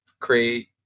create